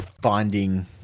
finding